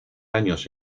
años